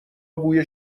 بوی